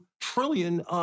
trillion